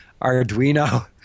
Arduino